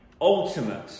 ultimate